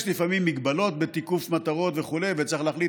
יש לפעמים מגבלות בתיקוף מטרות וצריך להחליט